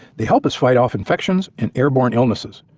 they help us fight off infections and airborne illnesses,